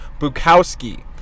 Bukowski